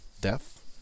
death